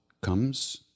comes